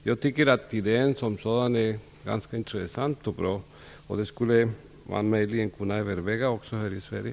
Jag tycker att idéen som sådan är ganska intressant och bra. Man skulle möjligen kunna överväga den också här i Sverige.